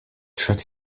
chaque